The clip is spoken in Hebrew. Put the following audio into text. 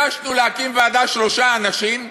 ביקשנו להקים ועדה של שלושה אנשים.